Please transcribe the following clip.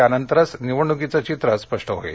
त्यानंतरच निवडणुकीचं चित्र स्पष्ट होईल